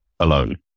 alone